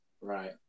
Right